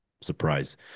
surprise